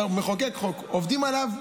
אתה מחוקק חוק,